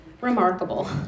remarkable